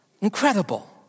Incredible